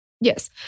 Yes